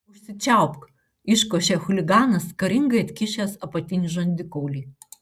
užsičiaupk iškošė chuliganas karingai atkišęs apatinį žandikaulį